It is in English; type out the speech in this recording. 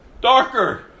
darker